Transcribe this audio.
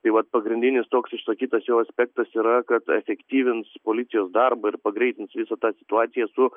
tai vat pagrindinis toks išsakytas jo aspektas yra kad efektyvins policijos darbą ir pagreitins visą tą situaciją su